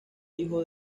hijo